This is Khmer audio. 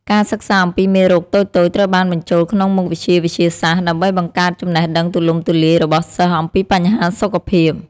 ការសិក្សាអំពីមេរោគតូចៗ ត្រូវបានបញ្ចូលក្នុងមុខវិជ្ជាវិទ្យាសាស្ត្រ ដើម្បីបង្កើតចំណេះដឹងទូលំទូលាយរបស់សិស្សអំពីបញ្ហាសុខភាព។